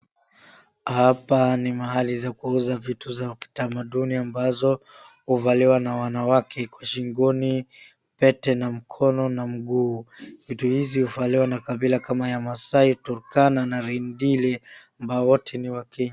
Hapa ni mahali za kuuza vitu za kitamaduni ambazo huvaliwa na wanawake kwa shingoni, pete na mkono na mguu. Vitu hizi huvaliwa na kabila kama ya masai na turkana na rendile ambao wote ni wakenya.